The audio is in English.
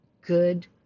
good